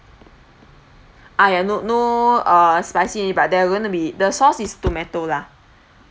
ah ya no no uh spicy but there gonna be the sauce is tomato lah